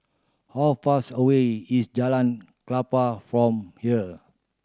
how far away is Jalan Klapa from here